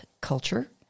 culture